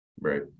Right